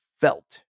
felt